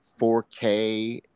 4K